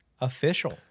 Official